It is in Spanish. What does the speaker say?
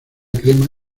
crema